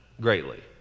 greatly